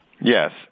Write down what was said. Yes